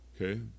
okay